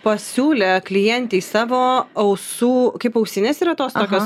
pasiūlė klientei savo ausų kaip ausinės yra tos tokios